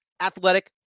athletic